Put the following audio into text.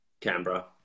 Canberra